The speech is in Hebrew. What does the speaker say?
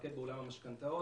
מתמקד בעולם המשכנתאות,